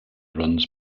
runs